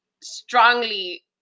strongly